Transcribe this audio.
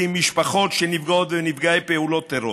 עם משפחות של נפגעות ונפגעי פעולות טרור